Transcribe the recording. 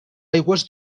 aigües